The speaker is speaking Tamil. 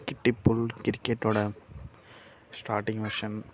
கிட்டிப்புள் கிரிக்கெட்டோடய ஸ்டாட்டிங் வெர்ஷன்